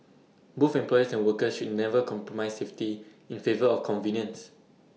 both employers and workers should never compromise safety in favour of convenience